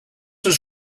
was